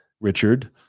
Richard